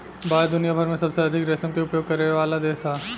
भारत दुनिया भर में सबसे अधिका रेशम के उपयोग करेवाला देश ह